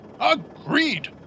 Agreed